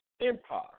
Empire